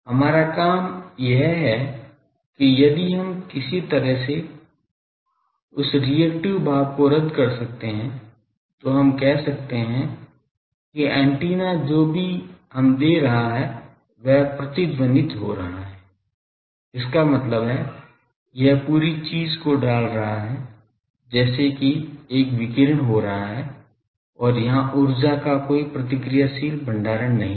हमारा काम यह है कि यदि हम किसी तरह से उस रिएक्टिव भाग को रद्द कर सकते हैं तो हम कह सकते हैं कि एंटीना जो भी हम दे रहा है वह प्रतिध्वनित हो रहा है इसका मतलब है यह पूरी चीज को डाल रहा है जैसे कि एक विकिरण हो रहा है और यहाँ ऊर्जा का कोई प्रतिक्रियाशील भंडारण नहीं है